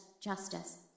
justice